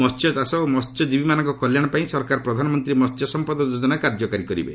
ମସ୍ୟଚାଷ ଓ ମସ୍ୟଜୀବୀମାନଙ୍କ କଲ୍ୟାଣ ପାଇଁ ସରକାର ପ୍ରଧାନମନ୍ତ୍ରୀ ମହ୍ୟ ସମ୍ପଦ ଯୋଜନା କାର୍ଯ୍ୟକାରୀ କରିବେ